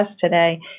today